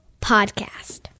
Podcast